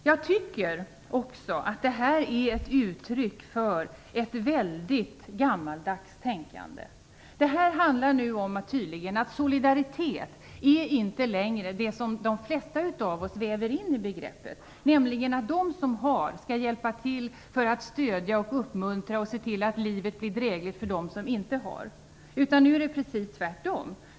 Jag tycker också att det här är ett uttryck för ett mycket gammaldags tänkande. Nu handlar det tydligen om att solidaritet inte längre innebär det som de flesta av oss väver in i begreppet, nämligen att de som har skall hjälpa till, stödja, uppmuntra och se till att livet blir drägligt för dem som inte har. Nu är det precis tvärtom.